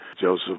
Joseph